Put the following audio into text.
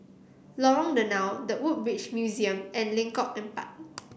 Lorong Danau The Woodbridge Museum and Lengkok Empat